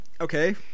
Okay